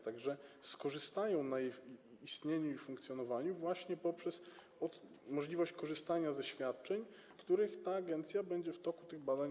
Tak że skorzystają na jej istnieniu i funkcjonowaniu właśnie poprzez możliwość korzystania ze świadczeń, których agencja będzie udzielać w toku tych badań.